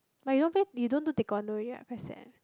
like you don't play you don't do taekwondo ya quite sad